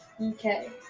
Okay